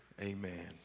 Amen